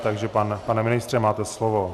Takže pane ministře, máte slovo.